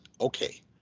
Okay